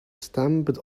stamped